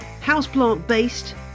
houseplant-based